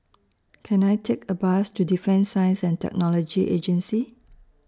Can I Take A Bus to Defence Science and Technology Agency